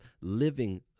living